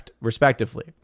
respectively